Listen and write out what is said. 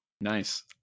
Nice